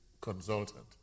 consultant